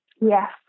Yes